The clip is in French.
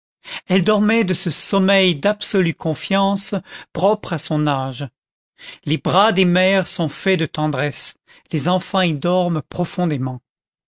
elle dormait de ce sommeil d'absolue confiance propre à son âge les bras des mères sont faits de tendresse les enfants y dorment profondément